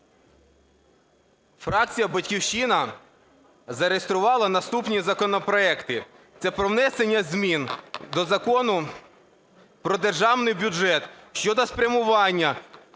фракція "Батьківщина" зареєструвала наступні законопроекти. Це про внесення змін до Закону про Державний бюджет щодо спрямування